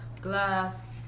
glass